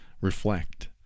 reflect